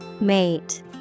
Mate